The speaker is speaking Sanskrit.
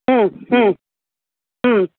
ह्म् ह्म् ह्म